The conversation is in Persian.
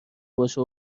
باشه